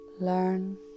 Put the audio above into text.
Learn